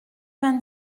vingt